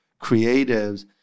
creatives